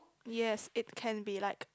yes it can be like